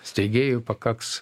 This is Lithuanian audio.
steigėjų pakaks